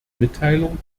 mitteilung